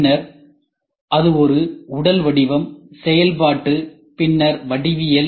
பின்னர் அது ஒரு உடல் வடிவம்செயல்பாட்டு பின்னர் வடிவியல்